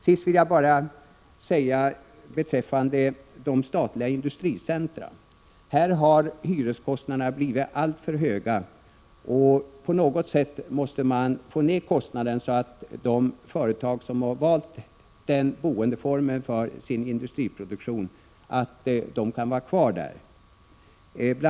Sist vill jag säga några ord beträffande de statliga industricentra. Hyreskostnaderna där har blivit alltför höga, och på något sätt måste man få ner dessa kostnader, så att de företag som har valt den boendeformen för sin industriproduktion kan vara kvar där. Bl.